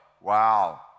Wow